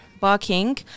Barking